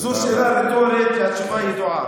זו שאלה רטורית והתשובה ידועה.